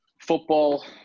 football